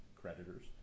creditors